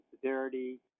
severity